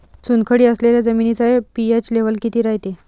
चुनखडी असलेल्या जमिनीचा पी.एच लेव्हल किती रायते?